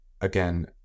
again